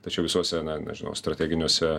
tačiau visuose na nežinau strateginiuose